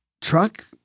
truck